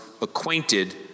acquainted